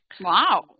Wow